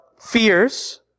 fears